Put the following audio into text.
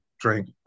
drank